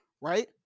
right